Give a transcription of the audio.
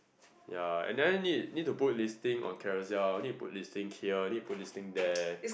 ya and then need need to put listing on Carousel need to put listing here need to put listing there